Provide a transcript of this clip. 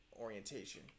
orientation